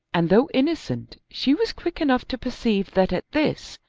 and, though innocent, she was quick enough to perceive that at this,